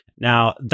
Now